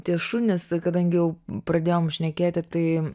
tie šunys kadangi jau pradėjom šnekėti tai